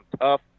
tough